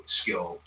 skill